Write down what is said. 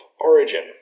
Origin